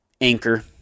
anchor